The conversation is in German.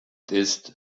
das